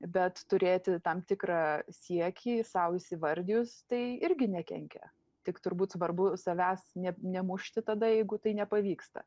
bet turėti tam tikrą siekį sau įsivardijus tai irgi nekenkia tik turbūt svarbu savęs ne nemušti tada jeigu tai nepavyksta